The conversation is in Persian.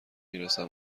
میرسم